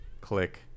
click